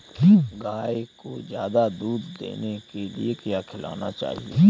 गाय को ज्यादा दूध देने के लिए क्या खिलाना चाहिए?